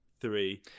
three